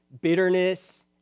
bitterness